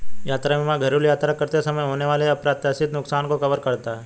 यात्रा बीमा घरेलू यात्रा करते समय होने वाले अप्रत्याशित नुकसान को कवर करता है